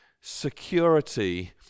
security